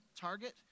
target